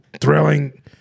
thrilling